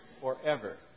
forever